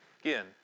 Again